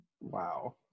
Wow